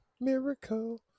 miracle